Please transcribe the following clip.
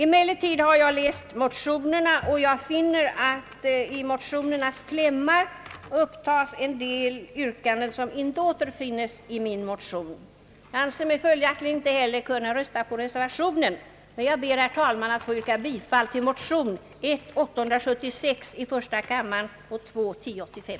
Emellertid har jag läst motionerna, och jag finner att i deras klämmar upptas en del yrkanden som inte återfinnes i min motion. Jag anser mig följaktligen inte heller kunna rösta på reservation II, men jag ber, herr talman, att få yrka bifall till motionsparet 1: 876 och II: 1085.